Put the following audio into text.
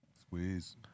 Squeeze